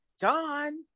John